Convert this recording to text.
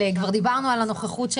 כבר דיברנו על הנוכחות של